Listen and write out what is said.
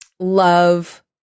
love